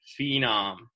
Phenom